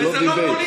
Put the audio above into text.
זה לא דיבייט.